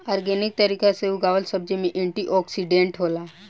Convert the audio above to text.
organic तरीका से उगावल सब्जी में एंटी ओक्सिडेंट होला